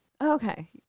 Okay